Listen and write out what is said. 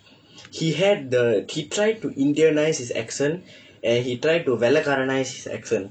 he had the he tried to Indianise his accent and he tried to வெள்ளைக்காரன்:vellaikkaaran his accent